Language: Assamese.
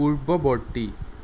পূৰ্ৱবৰ্তী